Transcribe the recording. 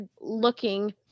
looking